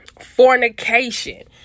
fornication